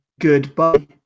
goodbye